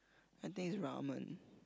I think it's ramen